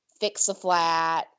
Fix-a-flat